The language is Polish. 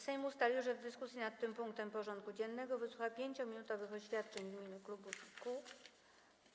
Sejm ustalił, że w dyskusji nad tym punktem porządku dziennego wysłucha 5-minutowych oświadczeń w imieniu klubów i kół.